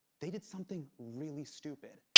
they did something really stupid.